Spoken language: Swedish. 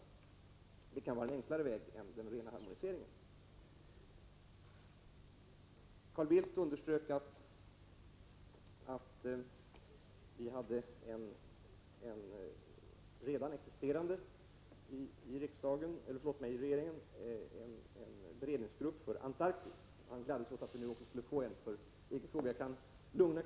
Detta kan vara en enklare väg än den rena harmoniseringen. Carl Bildt underströk att vi i regeringen har en redan existerande beredningsgrupp för Antarktis, och han gladde sig åt att vi nu också skulle få en för EG-frågor.